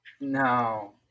No